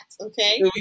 okay